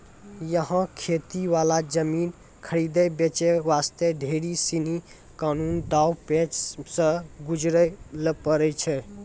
यहाँ खेती वाला जमीन खरीदै बेचे वास्ते ढेर सीनी कानूनी दांव पेंच सॅ गुजरै ल पड़ै छै